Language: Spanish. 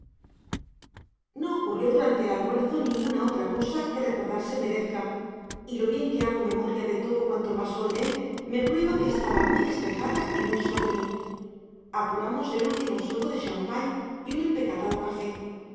no ocurrió durante el almuerzo ninguna otra cosa que recordarse merezca y lo bien que hago memoria de todo cuanto pasó en él me prueba que estaba muy despejada y muy sobre mí apuramos el último sorbo de champagne y un empecatado café